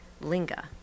linga